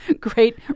great